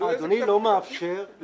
תלוי איזה כתב תביעה.